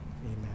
amen